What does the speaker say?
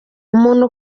umuntu